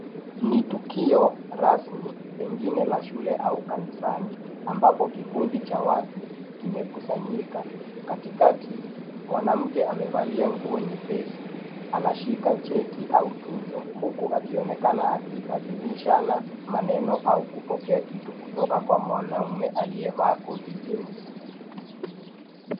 Ni tukio rasmi, pengine la shule au kanisani, ambapo kikundi cha watu kimekusanyika. Katikati, mwanamke amevalia nguo nyepesi, anashika cheti au tunzo, huku akionekana akibadilishana maneno au kupokea kitu kutoka mwanaume aliyevaa koti jeusi.